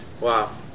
Wow